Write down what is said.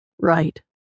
Right